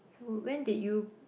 so when did you